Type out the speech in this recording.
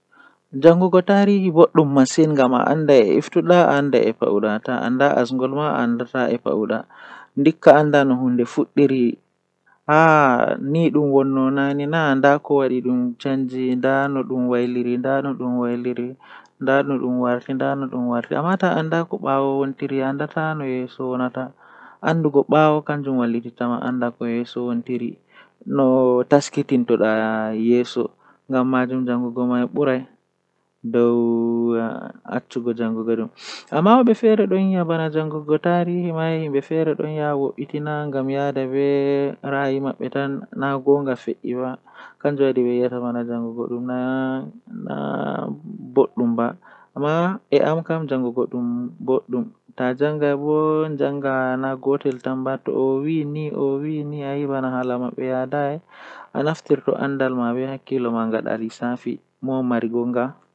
Windooji haa babal kugal am guda didi.